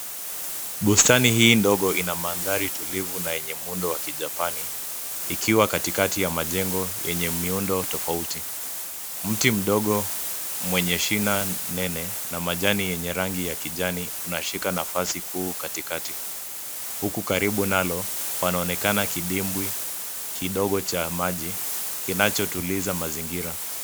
Bustani hii ndogo ina mandhari tulivu na yenye muundo wa kijapani ikiwa katikati ya majengo yenye miundo tofauti. Mti mdogo mwenye shina nene na majani yenye rangi ya kijani unashika nafasi kuu katikati, huku karibu nalo panaonekana kidibwi kidogo cha maji kinachotuliza mazingira.